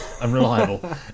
Unreliable